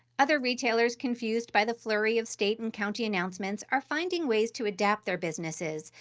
other retailers confused by the flurry of state and county announcements are finding ways to adapt their businesses.